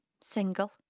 single